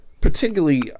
Particularly